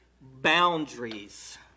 boundaries